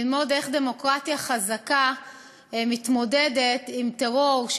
ללמוד איך דמוקרטיה חזקה מתמודדת עם טרור,